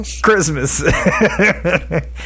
Christmas